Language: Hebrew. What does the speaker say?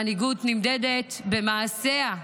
מנהיגות נמדדת במעשיה.